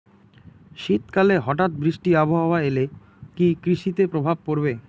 শীত কালে হঠাৎ বৃষ্টি আবহাওয়া এলে কি কৃষি তে প্রভাব পড়বে?